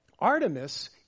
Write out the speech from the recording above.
Artemis